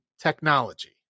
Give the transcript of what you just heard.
technology